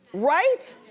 right?